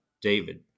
David